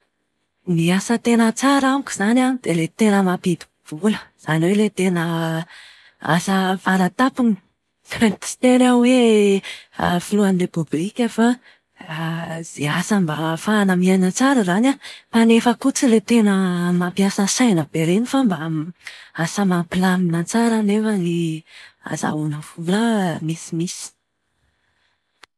Ny asa tena tsara amiko izany an, dia ilay tena mampidi-bola. Izany hoe ilay tena asa fara-tampony. Tsy hiteny aho hoe filohan'ny repoblika fa izay asa mba ahafahana miaina tsara izany an, kanefa koa tsy ilay tena mampiasa saina be ireny fa mba asa mampilamina tsara anefany ahazoana vola misimisy.